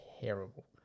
terrible